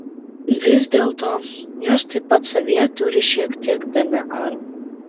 vis dėlto jos taip pat savyje turi šiek tiek dnr